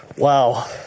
Wow